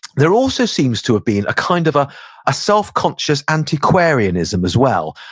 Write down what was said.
there also seems to have been a kind of ah ah self-conscious antiquarianism as well.